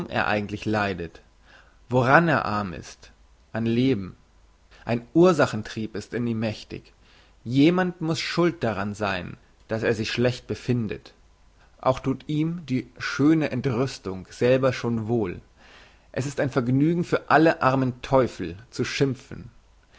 er eigentlich leidet woran er arm ist an leben ein ursachen trieb ist in ihm mächtig jemand muss schuld daran sein dass er sich schlecht befindet auch thut ihm die schöne entrüstung selber schon wohl es ist ein vergnügen für alle armen teufel zu schimpfen